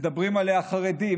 מדברים עליה חרדים,